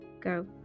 go